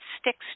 sticks